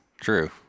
True